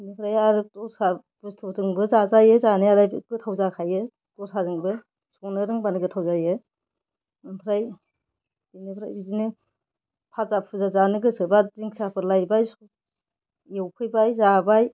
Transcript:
बिनिफ्राय आरो दस्रा बुस्थुजोंबो जाजायो जानायालाय गोथाव जाखायो दस्राजोंबो संनो रोंबानो गोथाव जायो ओमफ्राय बिनिफ्राय बिदिनो भाजा भुजा जानो गोसोबा दिंखियाफोर लायबाय एवफैबाय जाबाय